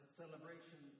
celebration